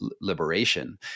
liberation